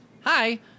hi